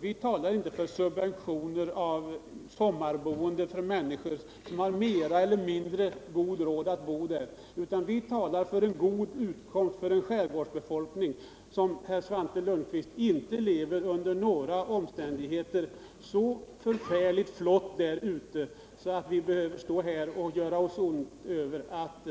Vi förespråkar inte subventioner för människor som har större eller mindre ekonomiska möjligheter för sommarboende utan vi talar om en god utkomst för en skärgårdsbefolkning som, Svante Lundkvist, inte under några omständigheter lever så flott där ute att vi behöver stå här och ondgöra oss över att